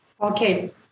Okay